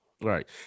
Right